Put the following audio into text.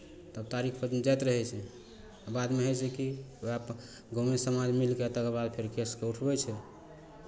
तब तारीखके दिन जाइत रहै छै बादमे होइ छै कि उएह गाँवए समाज मिलि कऽ तकर बाद फेर केसकेँ उठबै छै